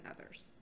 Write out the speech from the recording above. others